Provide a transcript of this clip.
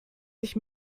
sich